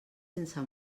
sense